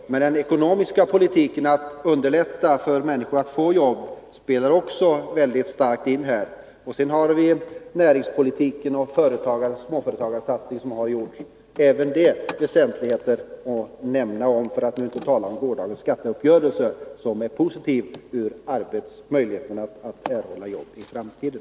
Men den ekonomiska politiken är också mycket betydelsefull när det gäller att underlätta för människorna att få jobb. Även näringspolitiken och småföretagssatsningarna är väsentligheter, värda att nämna — för att inte tala om gårdagens skattebeslut, som har positiv betydelse för möjligheterna att erhålla jobb i framtiden.